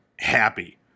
happy